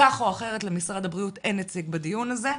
כך או אחרת למשרד הבריאות אין נציג בדיון הזה.